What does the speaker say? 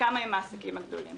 וכמה עם העסקים הגדולים?